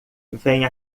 vem